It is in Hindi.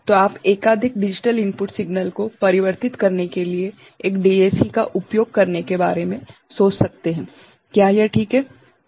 तो आप एकाधिक डिजिटल इनपुट सिग्नल को परिवर्तित करने के लिए एक डीएसी का उपयोग करने के बारे में सोच सकते हैं क्या यह ठीक है ठीक है